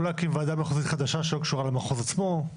או להקים ועדה מחוזית חדשה שלא קשורה למחוז עצמו.